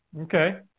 Okay